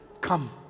Come